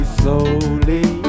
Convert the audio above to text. slowly